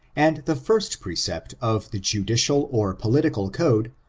and the first precept of the judicial or political code,